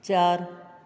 चारि